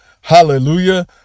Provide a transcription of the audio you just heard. Hallelujah